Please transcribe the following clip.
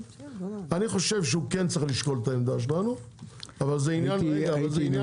אני חושב שהוא כן צריך לשקול את העמדה שלנו אבל זה עניין שלו,